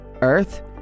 Earth